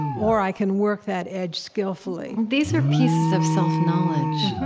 or i can work that edge skillfully these are pieces of self-knowledge.